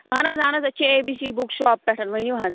اَہَن حظ اَہَن حظ أسۍ چھِ A B C book shop پٮ۪ٹھ ؤنِو حظ